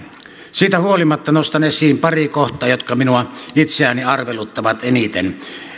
siitä huolimatta nostan esiin pari kohtaa jotka minua itseäni arveluttavat eniten